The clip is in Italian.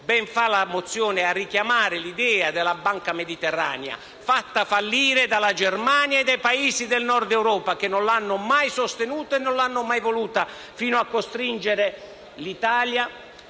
ben fa la risoluzione a richiamare l'idea della banca mediterranea, fatta fallire dalla Germania e dai Paesi del Nord Europa, che non l'hanno mai sostenuta e voluta, fino a costringere l'Italia,